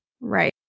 Right